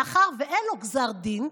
מאחר שאין לו גזר דין,